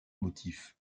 motif